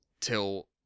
till